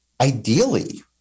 ideally